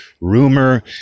rumor